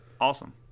awesome